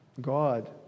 God